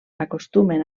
acostumen